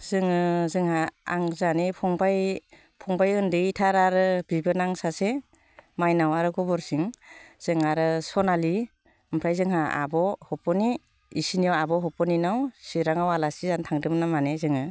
जोंङो जोंहा आं जोंहानि फंबाय उन्दैथार आरो बिबोनां सासे मायनाव आरो गबरसिं जों आरो सनालि ओमफ्राय जोंहा आब' हफुनि बिसोरनियाव आब' हफुनिनाव चिरांआव आलासि जानो थांदोंमोन माने जोङो